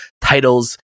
titles